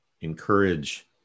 encourage